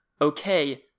okay